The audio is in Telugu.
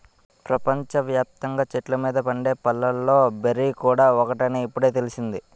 ప్రపంచ వ్యాప్తంగా చెట్ల మీద పండే పళ్ళలో బెర్రీ కూడా ఒకటని ఇప్పుడే తెలిసింది